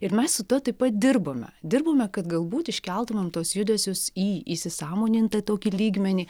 ir mes su tuo taip pat dirbame dirbame kad galbūt iškeltumėm tuos judesius į įsisąmonintą tokį lygmenį